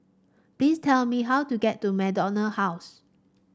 please tell me how to get to MacDonald House